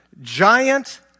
giant